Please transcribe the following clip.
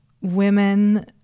women